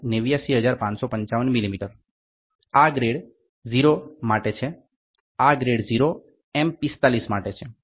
89555 millimetre આ 0 grade માટે છે આ ગ્રેડ 0 M 45 માટે છે